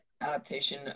adaptation